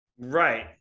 Right